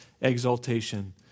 exaltation